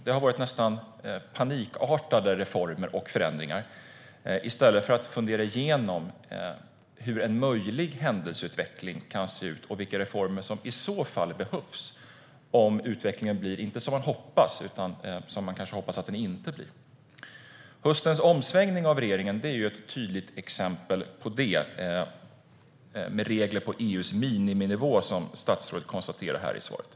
Man har genomfört nästan panikartade reformer och förändringar i stället för att fundera igenom hur en möjlig händelseutveckling kan se ut, och vilka reformer som i så fall behövs, om den blir inte som man hoppas utan som man hoppas att den inte blir. Ett tydligt exempel på höstens omsvängning av regeringen är att asylreglerna anpassas till EU:s miniminivå, som statsrådet konstaterar i svaret.